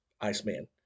Iceman